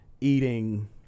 eating